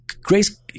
grace